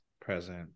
present